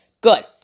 good